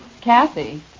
Kathy